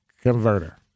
converter